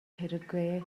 хэрэггүй